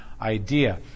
idea